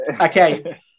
Okay